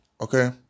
Okay